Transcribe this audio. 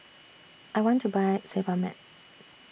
I want to Buy Sebamed